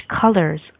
colors